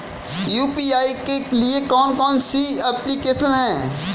UPI के लिए कौन कौन सी एप्लिकेशन हैं?